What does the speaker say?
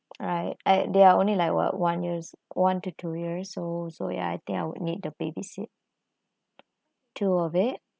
alright uh they are only like uh one years one to two years so so yeah I think I would need the babysit two of it